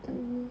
mm